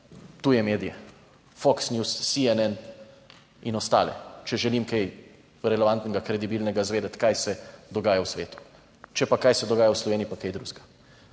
tuje medije, Fox News, CNN in ostale, če želim kaj relevantnega, kredibilnega izvedeti, kaj se dogaja v svetu, če pa, kaj se dogaja v Sloveniji, pa kaj drugega.